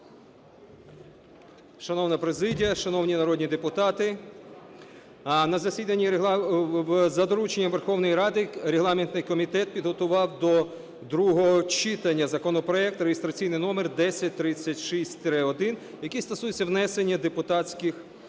Шановна президія, шановні народні депутати, за дорученням Верховної Ради регламентний комітет підготував до другого читання законопроект (реєстраційний номер 1036-1), який стосується внесення депутатських запитів.